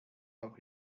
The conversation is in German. auch